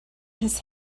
his